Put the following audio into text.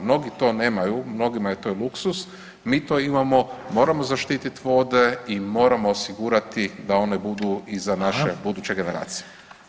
Mnogi to nemaju, mnogima je to luksuz, mi to imamo, moramo zaštititi vode i moramo osigurati da one budu i za naše buduće generacije.